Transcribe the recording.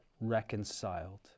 reconciled